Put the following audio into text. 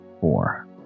four